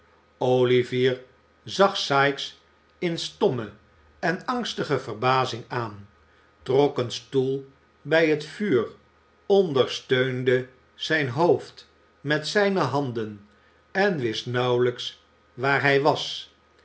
olivier zag sikes in stomme en angstige verbazing aan trok een stoel bij het vuur ondersteunde zijn hoofd met zijne handen en wist nauwelijks waar hij was